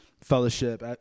fellowship